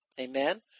Amen